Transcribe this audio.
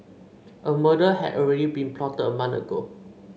a murder had already been plotted a month ago